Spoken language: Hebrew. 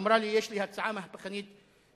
אמרה לי: יש לי הצעה מהפכנית לכם.